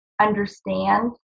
understand